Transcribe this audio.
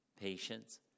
patience